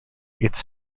its